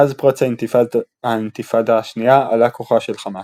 מאז פרוץ האינתיפאדה השנייה עלה כוחה של חמאס.